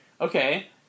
Okay